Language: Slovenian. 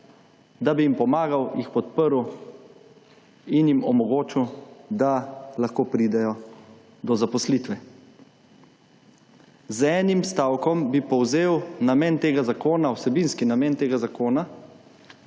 da bi jim pomagal, jih podprl in jim omogočil, da lahko pridejo do zaposlitve. Z enim stavkom bi povzel vsebinski namen tega zakona: